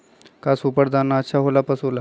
का सुपर दाना अच्छा हो ला पशु ला?